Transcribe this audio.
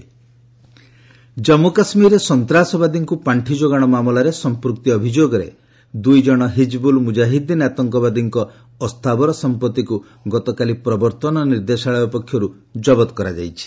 ED terror funding case Jammu କାଶ୍ମୀରରେ ସନ୍ତ୍ରାସବାଦୀଙ୍କୁ ପାର୍ଷି ଯୋଗାଣ ମାମଲାରେ ସଂପୃକ୍ତି ଅଭିଯୋଗରେ ଦୁଇଜଣ ହିଜିବୁଲ ମୁଜାହିଦିନ ଆତଙ୍କବାଦୀଙ୍କ ଅସ୍ଥାବର ସମ୍ପତ୍ତିକୁ ଗତକାଲି ପ୍ରବର୍ତ୍ତନ ନିର୍ଦ୍ଦେଶାଳୟ ପକ୍ଷରୁ ଜବତ କରାଯାଇଛି